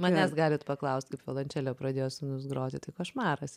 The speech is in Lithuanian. manęs galit paklaust kaip violončele pradėjo sūnus groti tai košmaras